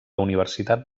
universitat